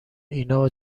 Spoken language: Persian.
اینا